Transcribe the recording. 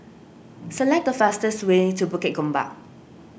select the fastest way to Bukit Gombak